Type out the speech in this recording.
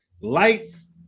lights